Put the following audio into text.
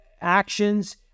actions